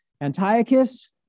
Antiochus